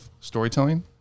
storytelling